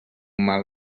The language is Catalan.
mal